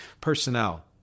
Personnel